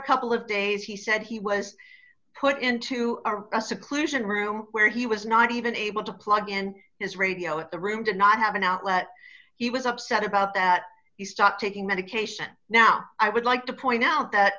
couple of days he said he was put into a seclusion room where he was not even able to plug and his radio in the room did not have an outlet he was upset about that he stopped taking medication now i would like to point out that